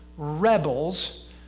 Rebels